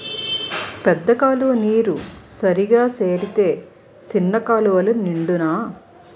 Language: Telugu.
పెద్ద కాలువ నీరు సరిగా సేరితే సిన్న కాలువలు నిండునా